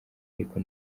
ariko